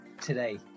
today